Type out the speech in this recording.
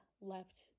left